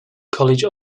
college